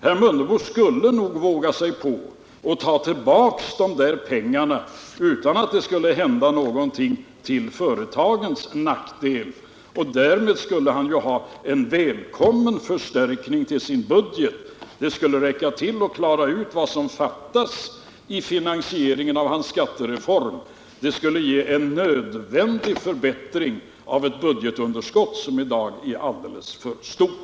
Herr Mundebo kunde nog våga sig på att ta tillbaka de där pengarna utan att det skulle hända någonting till företagens nackdel. Därmed skulle han ju ha en välkommen förstärkning till sin budget. Det skulle räcka till att klara ut vad som fattas i finansieringen av hans skattereform, och det skulle ge en nödvändig förbättring av ett budgetunderskott som i dag är alldeles för stort.